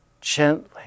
gently